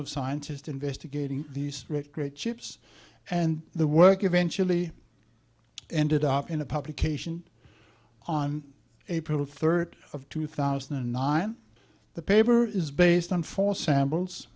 of scientists investigating these great ships and the work eventually ended up in a publication on april third of two thousand and nine the paper is based on four samples